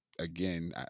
again